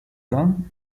wrong